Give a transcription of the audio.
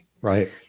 Right